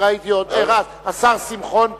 השר שמחון פה.